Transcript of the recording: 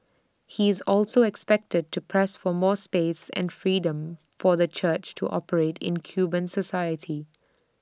he is also expected to press for more space and freedom for the church to operate in Cuban society